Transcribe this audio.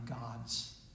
God's